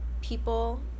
people